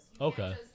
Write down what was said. Okay